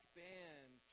band